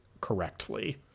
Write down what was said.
correctly